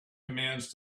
commands